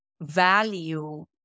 value